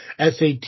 SAT